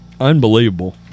Unbelievable